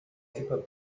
paper